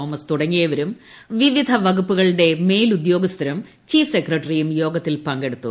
Thomas തുടങ്ങിയവരും വിവിധ വകുപ്പുകളുടെ മേലുദ്യോഗസ്ഥരും ചീഫ് സെക്രട്ടറിയും യോഗത്തിൽ പങ്കെടുത്തു